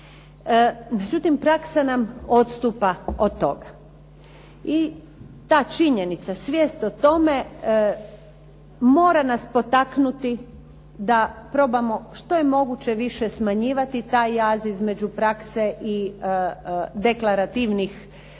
Međutim praksa nam odstupa od toga. I ta činjenica svijest o tome, mora nas potaknuti da probamo što je moguće više smanjivati taj jaz između prakse i deklarativnih